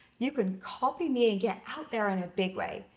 you can copy me and get out there in a big way.